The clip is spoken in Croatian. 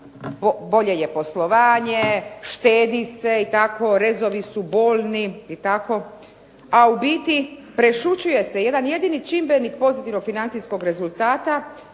bolje je poslovanje, štedi se i tako, rezovi su bolni i tako, a u biti prešućuje se jedan jedini čimbenik pozitivnog financijskog rezultata